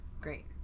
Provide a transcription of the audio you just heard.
great